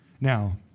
Now